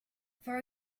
for